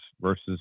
versus